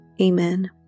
Amen